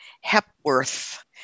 Hepworth